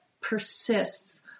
persists